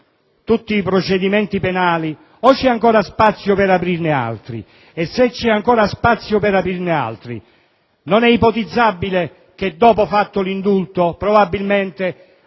tutti i procedimenti penali o c'è ancora spazio per aprirne altri? E se c'è ancora spazio per aprirne altri, non è ipotizzabile che, una volta approvato l'indulto, verremo probabilmente